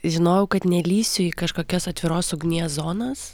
žinojau kad nelįsiu į kažkokias atviros ugnies zonas